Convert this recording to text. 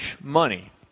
money